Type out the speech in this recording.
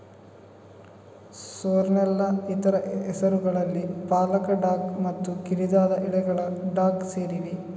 ಸೋರ್ರೆಲ್ನ ಇತರ ಹೆಸರುಗಳಲ್ಲಿ ಪಾಲಕ ಡಾಕ್ ಮತ್ತು ಕಿರಿದಾದ ಎಲೆಗಳ ಡಾಕ್ ಸೇರಿವೆ